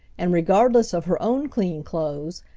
and regardless of her own clean clothes,